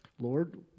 Lord